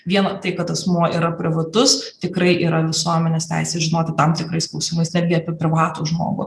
vien tai kad asmuo yra privatus tikrai yra visuomenės teisė žinoti tam tikrais klausimais netgi apie privatų žmogų